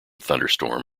thunderstorm